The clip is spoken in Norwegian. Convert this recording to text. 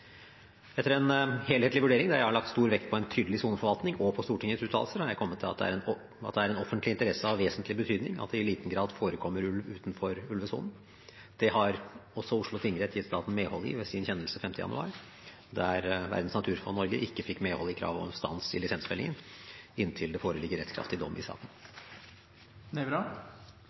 Etter en helhetlig vurdering, der jeg har lagt stor vekt på en tydelig soneforvaltning og på Stortingets uttalelser, har jeg kommet til at det er en offentlig interesse av vesentlig betydning at det i liten grad forekommer ulv utenfor ulvesonen. Det har også Oslo tingrett gitt staten medhold i ved sin kjennelse 5. januar, der Verdens naturfond Norge ikke fikk medhold i kravet om stans i lisensfellingen inntil det foreligger rettskraftig dom i saken.